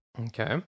okay